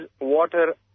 water